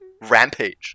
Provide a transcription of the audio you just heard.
rampage